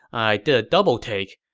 i did a doubletake.